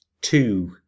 two